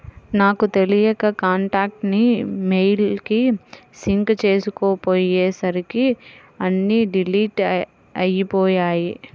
నాకు తెలియక కాంటాక్ట్స్ ని మెయిల్ కి సింక్ చేసుకోపొయ్యేసరికి అన్నీ డిలీట్ అయ్యిపొయ్యాయి